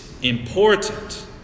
important